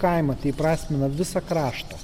kaimą tai įprasmina visą kraštą